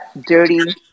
dirty